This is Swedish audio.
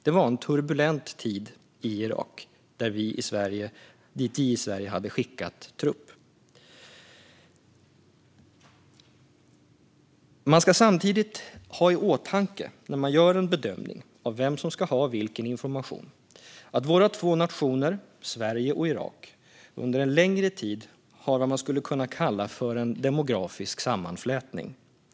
Det var en turbulent tid i Irak, dit vi i Sverige hade skickat trupp. När man gör en bedömning av vem som ska ha vilken information ska man samtidigt ha i åtanke att våra två nationer, Sverige och Irak, under en längre tid har haft vad man skulle kunna kalla för en demografisk sammanflätning.